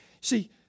See